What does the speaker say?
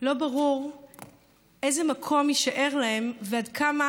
לא ברור איזה מקום יישאר להם ועד כמה